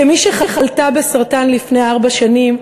כמי שחלתה בסרטן לפני ארבע שנים,